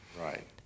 Right